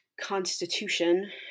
constitution